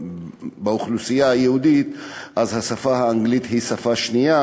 שבאוכלוסייה היהודית השפה האנגלית היא שפה שנייה,